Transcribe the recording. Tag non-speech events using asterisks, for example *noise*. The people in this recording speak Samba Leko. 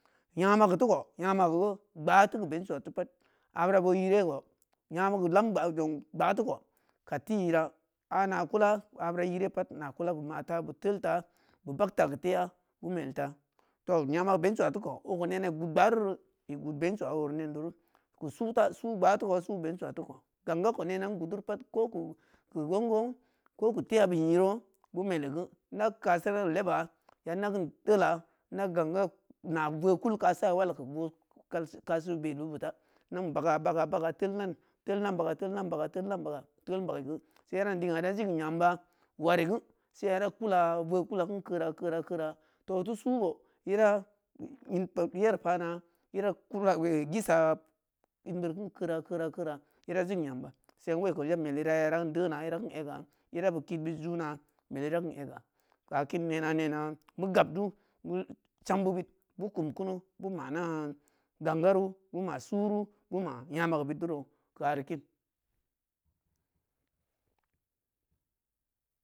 Nya magi teu koh nyamagigeu gbaa teu keu bensuwa ta abura boo iriye ko nya mageu lamgbaa jong gbaa teu koh kad teu ira a nakulah abura iriye pat na kula beu mata beu telta beu bagta keu tehya beu melta tooh nyama bensuwa teukoh okoh nena i gud gbaaru i gud beng suwa ori nendeu ru keu su uta suu gbaa teu koh suu bengsuwa teu koh gang ga koh nena in gudderi pat ko keu gong gong koh keu the beu nyi ro beu meli geu nda kasa dan leba ya nda kin teu la nda gang ga na voo kul kassa wal li keu voo kal kasi belbeu be ta ndau baga baga tel indan tel dan baga tel da baga tel dan baga tel in bag geu sei ya ida kula voo kula kein keurah-keu-rah-keurah tooh teu suu koh ida in pop yeri pana ida kida ee gisa in beun keun kekurah-keurah-keurah-keurah ida nyamba seng woi koh ida meli dan dena i da keun ega ida beu kid beud juna meli ida kin ega kakin nena-nena mou gab du *hesitation* chambeubeud beu kum kuu beu ma nah ganggaru beu ina suuru beu ma nyamageu bud duro keu ari kin.